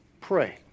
pray